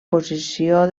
posició